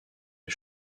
les